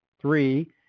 Three